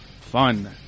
fun